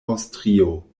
aŭstrio